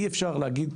אי אפשר להגיד,